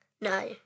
No